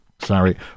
Sorry